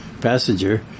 passenger